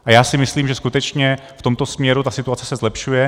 A já si myslím, že skutečně v tomto směru se situace zlepšuje.